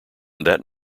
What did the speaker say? that